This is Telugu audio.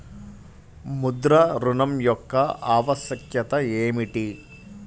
ముద్ర ఋణం యొక్క ఆవశ్యకత ఏమిటీ?